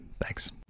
Thanks